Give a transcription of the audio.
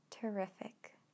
terrific